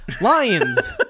Lions